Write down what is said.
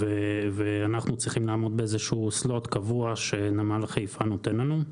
ואנחנו צריכים לעמוד באיזשהו slot קבוע שנמל חיפה נותן לנו.